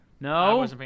No